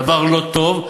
דבר לא טוב,